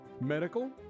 medical